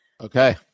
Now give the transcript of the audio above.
Okay